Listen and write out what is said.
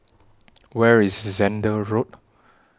Where IS Zehnder Road